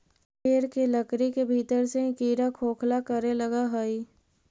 पेड़ के लकड़ी के भीतर से ही कीड़ा खोखला करे लगऽ हई